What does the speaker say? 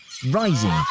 Rising